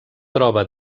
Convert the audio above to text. troba